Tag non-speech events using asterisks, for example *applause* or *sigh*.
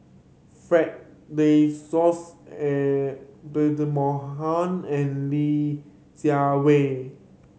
Fred De Souza and *unintelligible* Mohamad and Li Jiawei